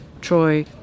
Troy